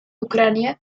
ucrania